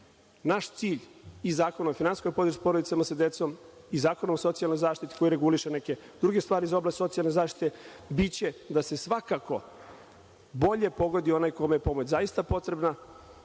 cilj i Zakona o finansijskoj podršci porodicama sa decom i Zakona o socijalnoj zaštiti koji reguliše neke druge stvari iz oblasti socijalne zaštite biće da se svakako bolje pogodi onaj kome je zaista pomoć